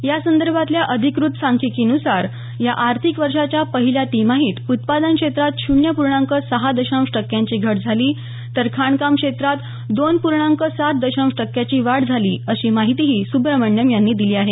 यासंर्भातल्या अधिकृत सांख्यिकीन्सार या आर्थिक वर्षाच्या पहिल्या तिमाहीत उत्पादन क्षेत्रात शून्य पूर्णांक सहा दशांश टक्क्यांची घट झाली तर खाणकाम क्षेत्रात दोन पूर्णांक सात दशांश टक्क्याची वाढ झाली अशी माहितीही सुब्रमणिअन यांनी दिली आहे